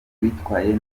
witwaye